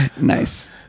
Nice